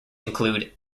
include